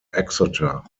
exeter